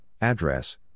address